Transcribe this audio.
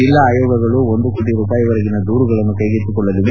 ಜಿಲ್ಲಾ ಆಯೋಗಗಳು ಒಂದು ಕೋಟಿ ರೂಪಾಯಿವರೆಗಿನ ದೂರುಗಳನ್ನು ಕೈಗೆತ್ತಿಕೊಳ್ಳಲಿದೆ